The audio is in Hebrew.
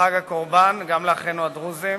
לחג הקורבן, וגם לאחינו הדרוזים.